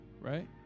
right